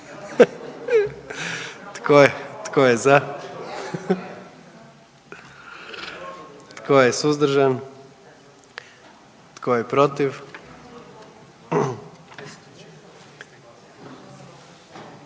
Tko je za? Tko je suzdržan? I tko je protiv?